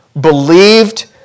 believed